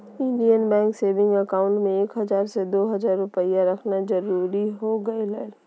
Indian Bank saving account में एक हजार से दो हजार रुपया रखना जरूरी हो गेलय